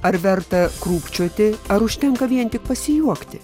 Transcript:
ar verta krūpčioti ar užtenka vien tik pasijuokti